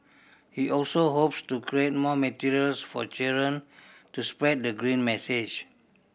he also hopes to create more materials for children to spread the green message